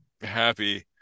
happy